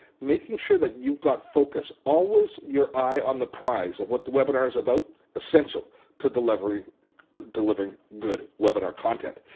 making sure that you've got focus, always your eye on the prize of what the webinar is about is essential to delivering delivering good webinar content.